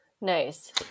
Nice